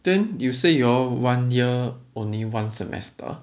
then you say you all one year only one semester